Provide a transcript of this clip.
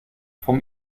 vom